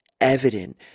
evident